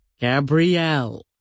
Gabrielle